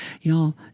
Y'all